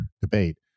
debate